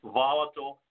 volatile